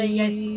yes